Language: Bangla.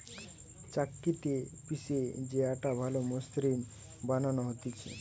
চাক্কিতে পিষে যে আটা ভালো মসৃণ বানানো হতিছে